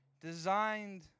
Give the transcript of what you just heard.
designed